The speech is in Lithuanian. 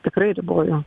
tikrai riboju